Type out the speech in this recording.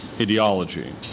ideology